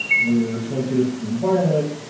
we're sensitive to the environment,